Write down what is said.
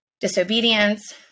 disobedience